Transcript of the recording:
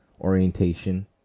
orientation